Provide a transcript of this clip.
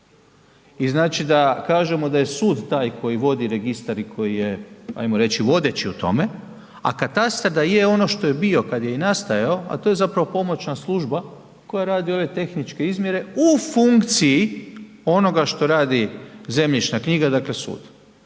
i znači da kažemo da je sud taj koji vodi registar i koji je ajmo reći, vodeći u tome, a katastar da je ono što je i bio kad je i nastajao a to je zapravo pomoćna služba koja radi ove tehničke izmjere u funkciji onoga što radi zemljišna knjiga, dakle sud.